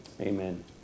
Amen